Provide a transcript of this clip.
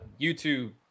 YouTube